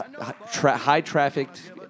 high-trafficked